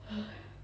!haiya!